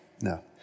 no